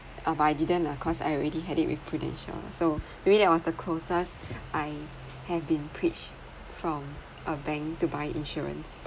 uh but I didn't lah cause I already had it with Prudential so maybe that was the closest I have been preach from a bank to buy insurance